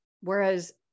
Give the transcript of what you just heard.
Whereas